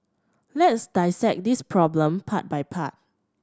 let's dissect this problem part by part